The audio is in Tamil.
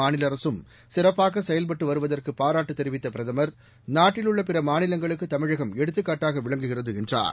மாநில அரசும் சிறப்பாக செயல்பட்டு வருவதற்கு பாராட்டு தெரிவித்த பிரதமர் நாட்டில் உள்ள பிற மாநிலங்களுக்கு தமிழகம் எடுத்துக்காட்டாக விளங்குகிறது என்றார்